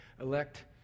Elect